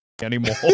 anymore